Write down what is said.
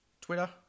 twitter